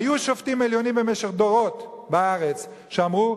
היו שופטים עליונים במשך דורות בארץ שאמרו: